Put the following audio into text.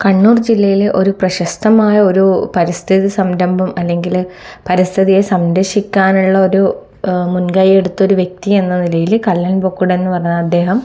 കണ്ണൂർ ജില്ലയിലെ ഒരു പ്രശസ്തമായ ഒരു പരിസ്ഥിതി സംരംഭം അല്ലെങ്കിൽ പരിസ്ഥിതിയെ സംരക്ഷിക്കാനുള്ള ഒരു മുൻകൈ എടുത്തൊരു വ്യക്തി എന്ന നിലയിൽ കല്ലൻ പൊക്കുടൻ എന്നു പറഞ്ഞ അദ്ദേഹം